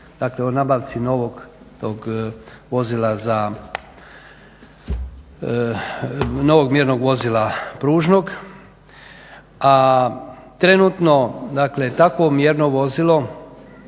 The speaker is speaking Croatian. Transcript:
novog vozila za novog mjernog vozila pružnog. A trenutno takvo mjerno vozilo